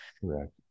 Correct